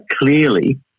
clearly